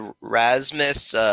Rasmus